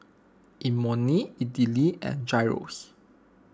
Imoni Idili and Gyros